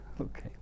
okay